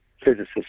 physicist